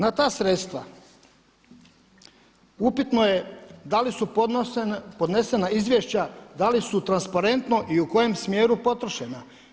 Na ta sredstva upitno je da li su podnesena izvješća, da li su transparentno i u kojem smjeru potrošena.